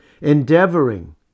Endeavoring